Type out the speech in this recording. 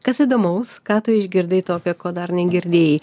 kas įdomaus ką tu išgirdai tokio ko dar negirdėjai